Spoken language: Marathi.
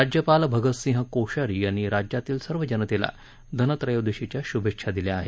राज्यपाल भगत सिंह कोश्यारी यांनी राज्यातील सर्व जनतेला धनत्रयोदशीच्या शुभेच्छा दिल्या आहेत